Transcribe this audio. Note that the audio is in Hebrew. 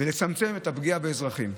לצמצם את הפגיעה באזרחים.